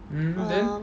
mm then